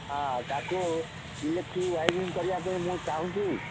ହଁ ତାକୁ electric wiring କରିବା ପାଇଁ ମୁଁ ଚାହୁଁଛି